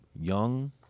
Young